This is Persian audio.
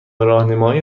راهنمایی